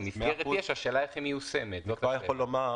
את המסגרת יש, רק השאלה איך היא מיושמת.